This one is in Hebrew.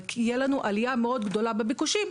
ותהיה לנו עלייה מאוד גדולה בביקושים,